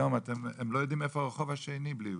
היום הם לא יודעים איפה הרחוב השני בלי "ווייז".